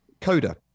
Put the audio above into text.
Coda